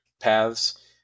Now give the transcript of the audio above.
paths